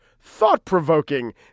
thought-provoking